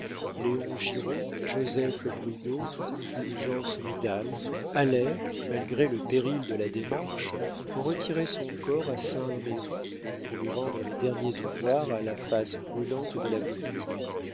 léon giraud joseph bridau fulgence ridal allèrent malgré le péril de la démarche retirer son corps à saint-merry pour lui rendre les derniers devoirs à la face brûlante de la politique